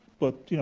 but, you know,